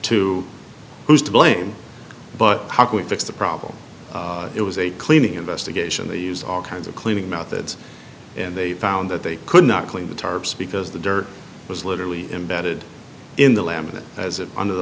to who's to blame but how quick fix the problem it was a cleaning investigation they use all kinds of cleaning methods and they found that they could not clean the tarps because the dirt was literally embedded in the laminate as it under the